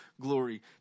glory